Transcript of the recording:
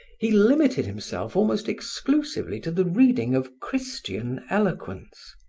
he limited himself almost exclusively to the reading of christian eloquence,